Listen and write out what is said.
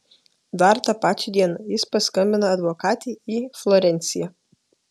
dar tą pačią dieną jis paskambina advokatei į florenciją